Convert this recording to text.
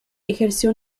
ejerció